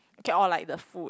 okay all like the food